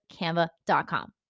canva.com